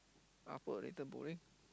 apa later bowling